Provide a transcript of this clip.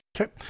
Okay